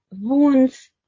wounds